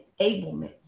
enablement